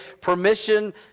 Permission